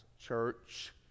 church